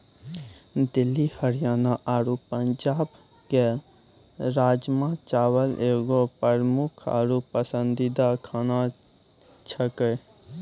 दिल्ली हरियाणा आरु पंजाबो के राजमा चावल एगो प्रमुख आरु पसंदीदा खाना छेकै